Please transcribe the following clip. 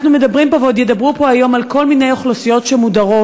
אנחנו מדברים פה ועוד ידברו פה היום על כל מיני אוכלוסיות שמודרות